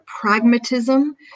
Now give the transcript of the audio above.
pragmatism